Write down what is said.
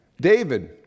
David